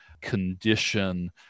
condition